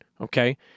Okay